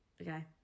Okay